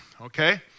okay